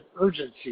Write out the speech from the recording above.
urgency